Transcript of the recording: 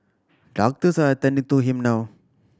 doctors are attending to him now